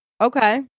Okay